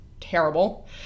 terrible